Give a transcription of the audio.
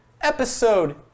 episode